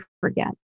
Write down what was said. forget